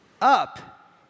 up